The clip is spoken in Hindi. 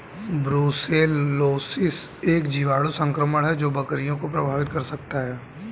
ब्रुसेलोसिस एक जीवाणु संक्रमण है जो बकरियों को प्रभावित कर सकता है